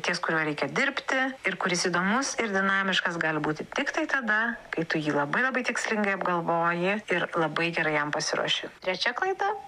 ties kuriuo reikia dirbti ir kuris įdomus ir dinamiškas gali būti tiktai tada kai tu jį labai labai tikslingai apgalvoji ir labai gerai jam pasiruoši trečia klaida